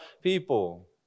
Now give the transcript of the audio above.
people